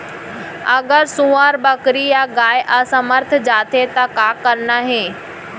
अगर सुअर, बकरी या गाय असमर्थ जाथे ता का करना हे?